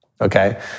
Okay